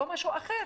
לא משהו אחר.